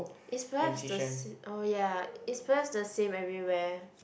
it's perhaps the oh ya it's perhaps the same everywhere